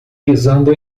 pisando